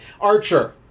Archer